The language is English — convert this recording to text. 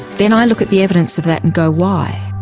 then i look at the evidence of that and go, why?